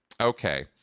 Okay